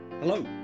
Hello